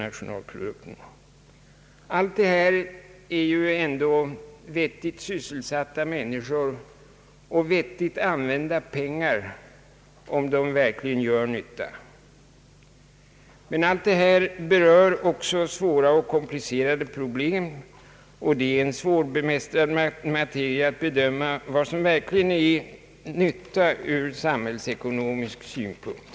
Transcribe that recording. Allt det här handlar ändå om vettigt sysselsatta människor och vettigt använda pengar, om insatserna verkligen gör nytta. Men allt detta berör också svåra och komplicerade problem, och det är en svårbemästrad materia att bedöma vad som verkligen är nytta ur samhällsekonomisk synpunkt.